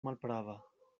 malprava